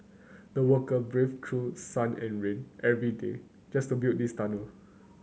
the worker braved through sun and rain every day just to build this tunnel